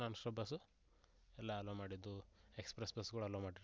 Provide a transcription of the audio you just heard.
ನಾನ್ stop bus ಎಲ್ಲ allow ಮಾಡಿದ್ದು express ಬಸ್ಗಳ್ ಅಲೋ ಮಾಡಿರ್ತಿತ್ತು